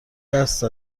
دست